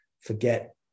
forget